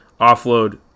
offload